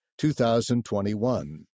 2021